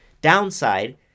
Downside